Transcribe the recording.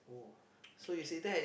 !woah!